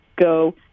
go